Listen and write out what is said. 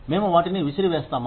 మేము వాటిని విసిరివేస్తామా